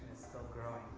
still growing,